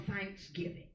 thanksgiving